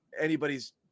anybody's